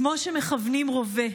כמו שמכוונים רובה.